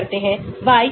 क्या तुम्हे समझ आया